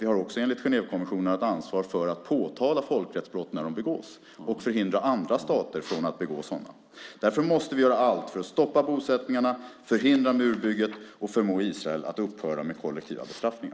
Vi har också enligt Genèvekonventionen ett ansvar för att påtala folkrättsbrott när de begås och att förhindra andra stater från att begå sådana. Därför måste vi göra allt för att stoppa bosättningarna, förhindra murbygget och förmå Israel att upphöra med kollektiva bestraffningar.